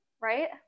Right